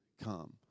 come